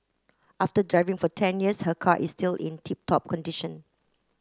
after driving for ten years her car is still in tip top condition